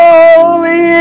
Holy